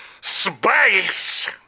space